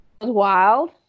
wild